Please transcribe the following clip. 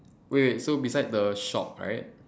wait wait so beside the shop right